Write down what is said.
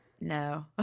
no